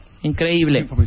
Increíble